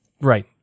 Right